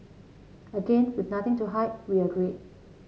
again with nothing to hide we agreed